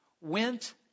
went